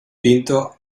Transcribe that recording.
pinto